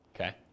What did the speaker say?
okay